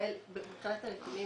מבחינת הנתונים